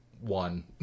one